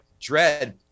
dread